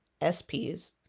SPs